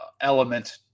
Element